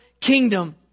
kingdom